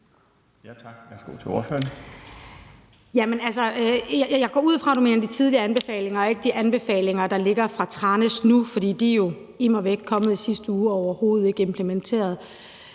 at du mener de tidligere anbefalinger og ikke de anfalinger, der nu ligger fra Tranæsudvalget, for de er jo immer væk kommet i sidste uge og overhovedet ikke implementeret.